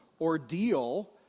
ordeal